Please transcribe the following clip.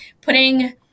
putting